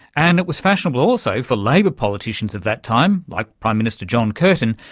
and it was fashionable also for labor politicians of that time, like prime minister john curtin,